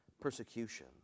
persecution